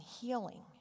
healing